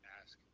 ask